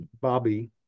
bobby